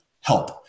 help